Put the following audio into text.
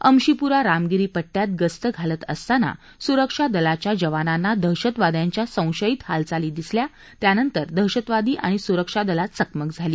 अमशीपुरा रामगिरी पट्टयात गस्त घालत असताना सुरक्षा दलाच्या जवानांना दहशतवाद्याच्या संशयित हालचाली दिसल्या त्यानंतर दहशतवादी आणि सुरक्षा दलात चकमक झाली